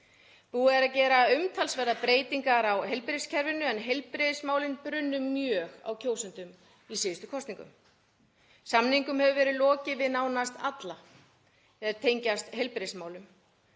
Búið er að gera umtalsverðar breytingar á heilbrigðiskerfinu en heilbrigðismálin brunnu mjög á kjósendum í síðustu kosningum. Samningum hefur verið lokið við nánast alla er tengjast heilbrigðismálum,